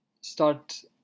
Start